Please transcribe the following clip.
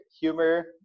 humor